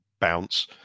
bounce